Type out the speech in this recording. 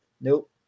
Nope